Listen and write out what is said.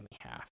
half